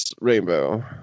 rainbow